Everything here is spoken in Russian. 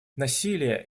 насилие